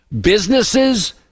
Businesses